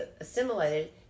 assimilated